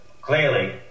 clearly